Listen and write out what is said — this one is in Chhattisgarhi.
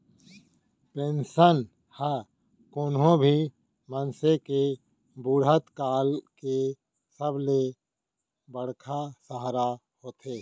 पेंसन ह कोनो भी मनसे के बुड़हत काल के सबले बड़का सहारा होथे